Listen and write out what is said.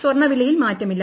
സ്വർണ്ണവിലയിൽ മാറ്റമില്ല